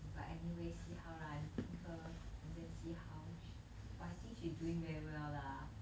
but anyway see how lah I meeting her then see how but I think she's doing very well lah